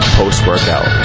post-workout